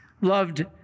loved